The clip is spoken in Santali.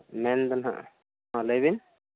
ᱢᱮᱱ ᱫᱚᱱᱟᱜ ᱦᱚᱸ ᱞᱟᱹᱭ ᱵᱤᱱ